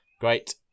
Great